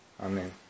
Amen